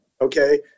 okay